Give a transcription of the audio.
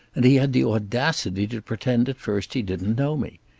and he had the audacity to pretend at first he didn't know me.